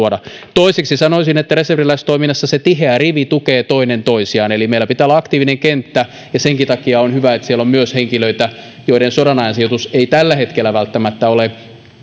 toiseksi sanoisin että reserviläistoiminnassa tiheässä rivissä tuetaan toinen toistaan eli meillä pitää olla aktiivinen kenttä senkin takia on hyvä että siellä on myös henkilöitä joiden so danajan sijoitus ei tällä hetkellä välttämättä ole